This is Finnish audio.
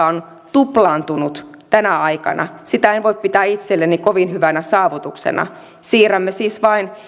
on tuplaantunut tänä aikana sitä en voi pitää itselleni kovin hyvänä saavutuksena siirrämme siis vain